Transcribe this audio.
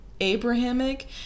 Abrahamic